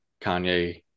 Kanye